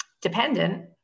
dependent